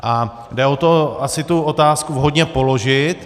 A jde o to asi tu otázku vhodně položit.